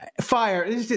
Fire